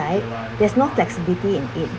right there's no flexibility in it